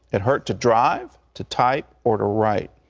it hurt to drive, to type, or to write.